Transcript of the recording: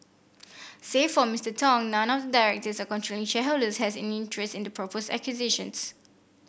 save for Mister Tong none of the directors or controlling shareholders has any interest in the proposed acquisitions